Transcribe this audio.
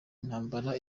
intambara